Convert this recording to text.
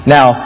Now